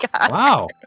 Wow